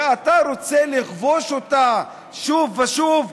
שאתה רוצה לכבוש אותה שוב ושוב,